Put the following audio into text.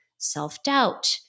self-doubt